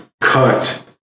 cut